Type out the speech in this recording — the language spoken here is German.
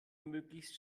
möglichst